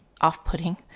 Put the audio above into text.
off-putting